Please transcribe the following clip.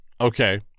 okay